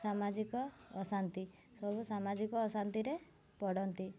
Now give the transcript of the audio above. ସାମାଜିକ ଅଶାନ୍ତି ସବୁ ସାମାଜିକ ଅଶାନ୍ତିରେ ପଡ଼ନ୍ତି